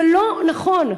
זה לא נכון.